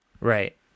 Right